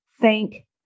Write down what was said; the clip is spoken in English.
thank